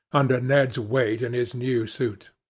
under ned's weight in his new suit!